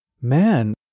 Man